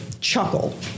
chuckle